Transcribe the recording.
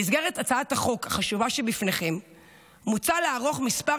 במסגרת הצעת החוק החשובה שבפניכם מוצע לערוך כמה